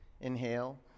Inhale